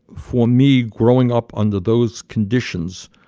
for me, growing up under those conditions,